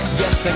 yes